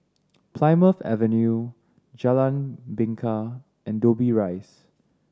Plymouth Avenue Jalan Bingka and Dobbie Rise